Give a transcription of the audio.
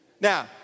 Now